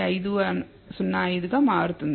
501 505 గా మారుతుంది